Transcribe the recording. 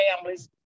families